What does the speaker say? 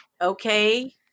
Okay